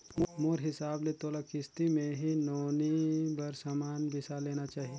मोर हिसाब ले तोला किस्ती मे ही नोनी बर समान बिसा लेना चाही